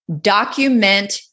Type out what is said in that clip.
document